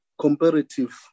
comparative